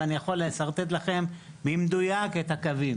ואני יכול לשרטט לכם במדויק את הקווים